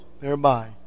thereby